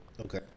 okay